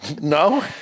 No